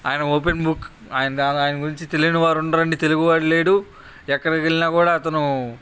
ఆయన open book ఆయన ఆయన గురించి తెలియని వారు ఉండరండి తెలుగువాడు లేడు ఎక్కడికెళ్ళినా కూడా అతను